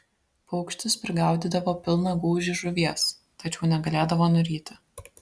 paukštis prigaudydavo pilną gūžį žuvies tačiau negalėdavo nuryti